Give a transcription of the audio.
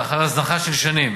לאחר הזנחה של שנים,